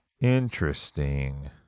Interesting